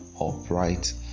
upright